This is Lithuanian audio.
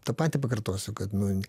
tą patį pakartosiu kad nu